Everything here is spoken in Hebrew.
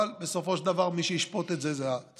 אבל בסופו של דבר מי שישפוט את זה זה הציבור.